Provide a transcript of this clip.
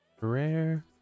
Rare